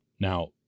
Now